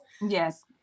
Yes